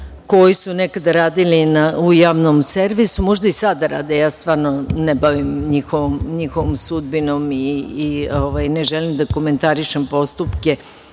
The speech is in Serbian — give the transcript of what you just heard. koji su nekada radili u Javnom servisu. Možda i sada rade. Ja se stvarno ne bavim njihovom sudbinom i ne želim da komentarišem postupke,